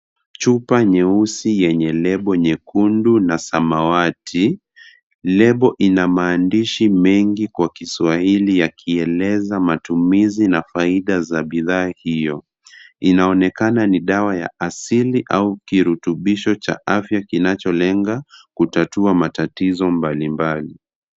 Chupa nyeusi yenye lebo nyekundu na samawati, lebo ina maandishi mengi kwa Kiswahili, yakieleza matumizi na faida za bidhaa hiyo. Inaonekana ni dawa ya asili au kirutubisho cha afya kinacholenga kutatua matatizo mbalimbali.